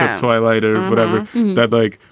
twilight or whatever they're like.